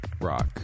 rock